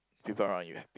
people around you happy